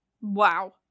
wow